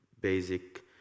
basic